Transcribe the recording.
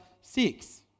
six